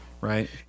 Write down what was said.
right